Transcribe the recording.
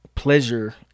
pleasure